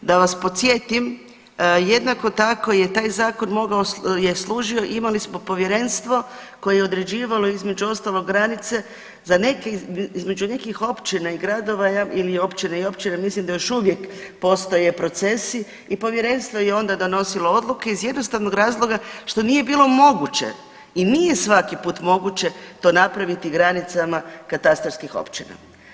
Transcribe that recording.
Da vas podsjetim, jednako tako je taj Zakon mogao je, služio, imali smo povjerenstvo koje je određivalo između ostalog, granice, između nekih općina i gradova ili općina i općina, mislim da još uvijek postoje procesi i povjerenstvo je onda donosilo odluke iz jednostavnog razloga što nije bilo moguće i nije svaki put moguće to napraviti granicama katastarskih općina.